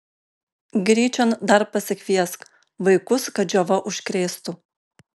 gryčion dar pasikviesk vaikus kad džiova užkrėstų